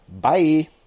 Bye